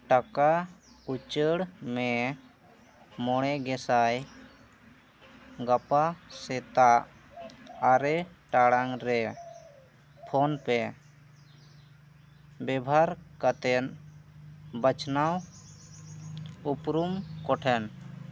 ᱴᱟᱠᱟ ᱩᱪᱟᱹᱲ ᱢᱮ ᱢᱚᱬᱮ ᱜᱮᱥᱟᱭ ᱜᱟᱯᱟ ᱥᱮᱛᱟᱜ ᱟᱨᱮ ᱴᱟᱲᱟᱝ ᱨᱮ ᱯᱷᱳᱱ ᱯᱮ ᱵᱮᱵᱷᱟᱨ ᱠᱟᱛᱮ ᱵᱟᱪᱷᱱᱟᱣ ᱩᱯᱨᱩᱢ ᱠᱚᱴᱷᱮᱱ